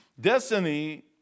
destiny